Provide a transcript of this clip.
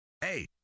Hey